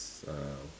a